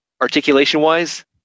Articulation-wise